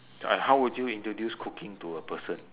and how would you introduce cooking to a person